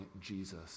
Jesus